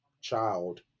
child